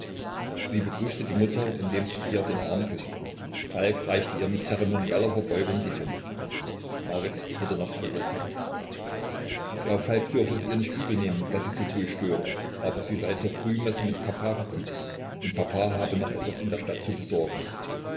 sie begrüßte die mutter indem sie ihr den arm küßte falk reichte ihr mit zeremonieller verbeugung die hand marit wurde noch verwirrter frau falk dürfe es ihr nicht übel nehmen daß sie so früh störe aber sie sei zur frühmesse mit papa gekommen und papa habe noch etwas in der stadt zu besorgen